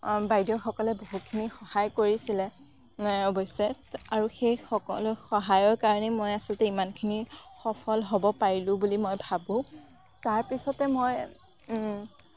আ বাইদেউসকলে বহুতখিনি সহায় কৰিছিলে এ অৱশ্যে আৰু সেই সকলো সহায়ৰ কাৰণেই মই আচলতে ইমানখিনি সফল হ'ব পাৰিলোঁ বুলি মই ভাবোঁ তাৰপিছতে মই